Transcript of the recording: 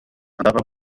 nadaba